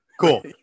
Cool